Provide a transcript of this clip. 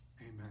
Amen